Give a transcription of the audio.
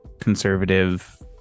conservative